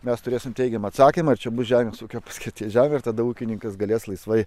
mes turėsim teigiamą atsakymą ir čia bus žemės ūkio paskirties žemė ir tada ūkininkas galės laisvai